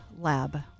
lab